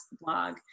blog